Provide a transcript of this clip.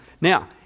Now